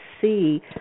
see